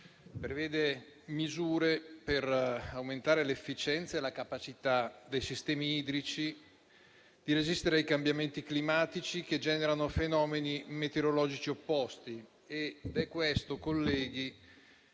prevede misure per aumentare l'efficienza e la capacità dei sistemi idrici di resistere ai cambiamenti climatici che generano fenomeni meteorologici opposti. Ed è questo, colleghi,